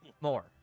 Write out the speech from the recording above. More